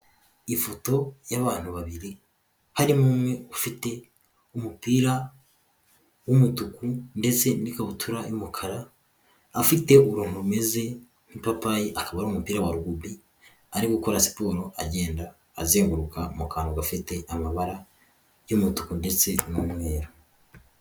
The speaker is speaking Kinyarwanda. Ifoto y'abantu babiri harimo umwe ufite umupira w'umutuku ndetse n'ikabutura y'umukara, afite uruntu rumeze nk'ipapayi akaba ari umupira wa rugubi. Ari gukora siporo, agenda azenguruka mu kantu gafite amabara y'umutuku ndetse n'umweru.